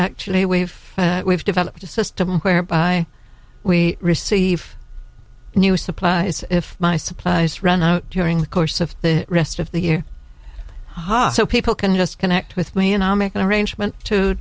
actually we have we've developed a system whereby we receive new supplies if my supplies run out during the course of the rest of the year so people can just connect with me and i'll make an arrangement to